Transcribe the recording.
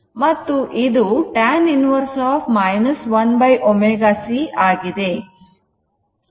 ಮತ್ತು ಇದು tan inverse 1 ω c ಆಗಿದೆ